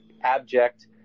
abject